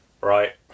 right